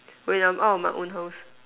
when I'm out of my own house